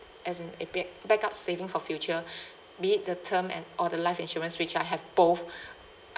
as in a back~ backup saving for future be it the term and or the life insurance which I have both